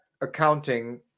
accounting